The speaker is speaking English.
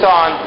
on